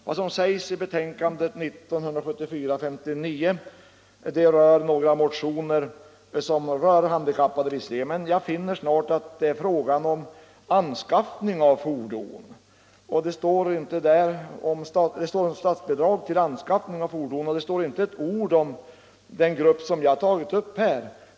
Vad som sägs i betänkandet 1974:59 gäller visserligen handikappade, men jag finner snart att det här är fråga om statsbidrag till anskaffning av fordon. Det står inte ett ord om den grupp jag tagit upp.